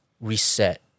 reset